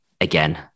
Again